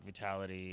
vitality